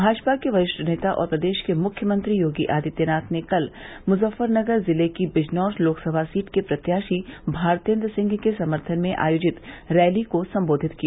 भाजपा के वरिष्ठ नेता और प्रदेश के मुख्यमंत्री योगी आदित्यनाथ ने कल मुजफ्फरनगर जिले की बिजनौर लोकसभा सीट के प्रत्याशी भारतेन्द्र सिंह के समर्थन में आयोजित रैली को संबोधित किया